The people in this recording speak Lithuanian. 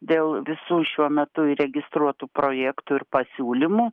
dėl visų šiuo metu įregistruotų projektų ir pasiūlymų